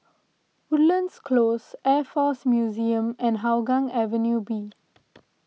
Woodlands Close Air force Museum and Hougang Avenue B